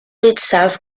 itself